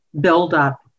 buildup